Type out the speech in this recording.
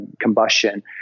combustion